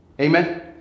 amen